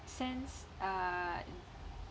sense uh